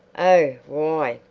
oh, why,